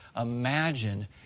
imagine